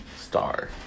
star